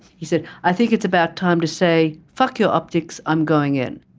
he said i think it's about time to say fuck your optics. i'm going in.